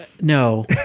No